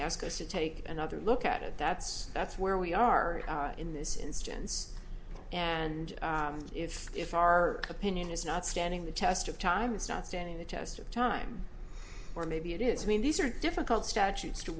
ask us to take another look at it that's that's where we are in this instance and if if our opinion is not standing the test of time it's not standing the test of time or maybe it is i mean these are difficult statutes to